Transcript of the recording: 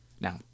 now